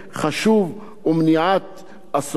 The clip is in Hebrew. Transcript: ושירות טוב,